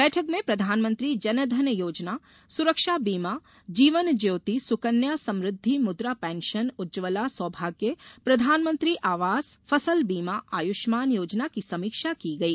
बैठक में प्रधानमंत्री जन धन योजना सुरक्षा बीमा जीवन ज्योति सुकन्या समृद्धि मुद्रा पेंशन उज्जवला सौभाग्य प्रधानमंत्री आवास फसल बीमा आयुष्मान योजना की समीक्षा की गई